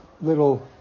little